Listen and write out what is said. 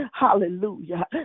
hallelujah